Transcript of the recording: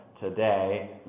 today